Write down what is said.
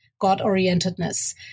God-orientedness